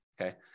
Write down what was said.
okay